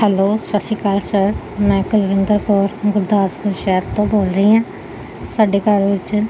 hello ਸਤਿ ਸ਼੍ਰੀ ਅਕਾਲ ਸਰ ਮੈਂ ਕੁਲਵਿੰਦਰ ਕੌਰ ਗੁਰਦਾਸਪੁਰ ਸ਼ਹਿਰ ਤੋਂ ਬੋਲ ਰਹੀ ਹਾਂ ਸਾਡੇ ਘਰ ਵਿੱਚ